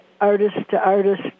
artist-to-artist